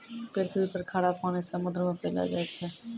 पृथ्वी पर खारा पानी समुन्द्र मे पैलो जाय छै